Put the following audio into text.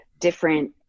different